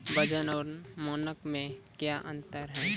वजन और मानक मे क्या अंतर हैं?